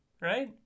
Right